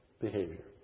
behavior